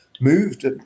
moved